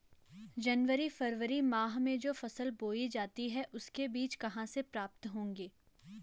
जनवरी फरवरी माह में जो फसल बोई जाती है उसके बीज कहाँ से प्राप्त होंगे?